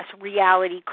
reality